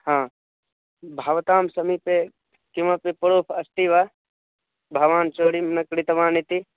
हा भवतां समीपे किमपि प्रूफ् अस्ति वा भवान् चौर्यं न कृतवान् इति